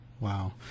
Wow